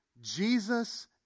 Jesus